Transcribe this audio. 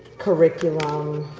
curriculum